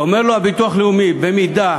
אומר לו הביטוח הלאומי: במידה